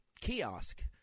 kiosk